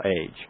age